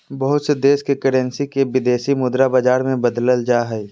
बहुत से देश के करेंसी के विदेशी मुद्रा बाजार मे बदलल जा हय